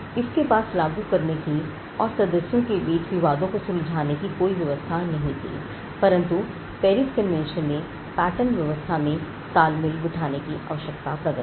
इसके पास लागू करने की और सदस्यों के बीच विवादों को सुलझाने की कोई व्यवस्था नहीं थी परंतु पेरिस कन्वेंशन ने पेटेंट व्यवस्था में तालमेल बैठाने की आवश्यकता प्रकट की